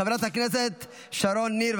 חברת הכנסת שרון ניר.